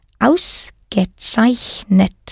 Ausgezeichnet